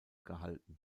gehalten